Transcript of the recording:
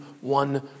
one